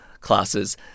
classes